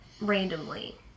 randomly